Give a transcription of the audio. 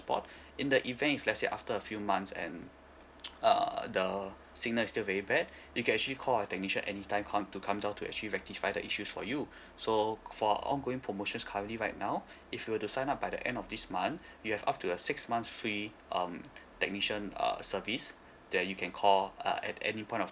in the event if let's say after a few months and uh the signal is still very bad you can actually call our technician anytime come to come down to actually rectify the issues for you so for ongoing promotions currently right now if you were to sign up by the end of this month you have up to a six months free um technician err service that you can call uh at any point of